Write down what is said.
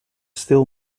still